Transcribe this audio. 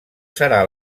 serà